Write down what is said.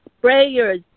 prayers